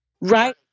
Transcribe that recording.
Right